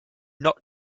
not